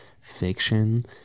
fiction